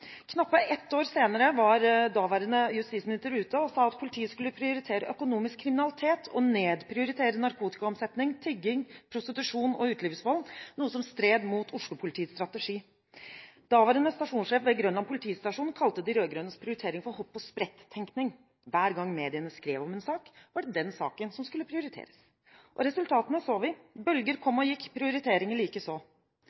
ett år senere var daværende justisminister ute og sa at politiet skulle prioritere økonomisk kriminalitet og nedprioritere narkotikaomsetning, tigging, prostitusjon og utelivsvold, noe som stred mot Oslo-politiets strategi. Daværende stasjonssjef ved Grønland politistasjon kalte de rød-grønnes prioriteringer for «hopp og sprett»-tenking. Hver gang mediene skrev om en sak, var det den saken som skulle prioriteres. Og resultatene så vi: Bølger kom